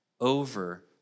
over